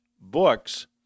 books